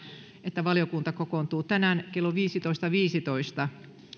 että valiokunta kokoontuu tänään kello viisitoista viisitoista viidentoista